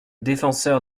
défenseur